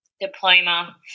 diploma